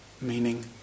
Meaning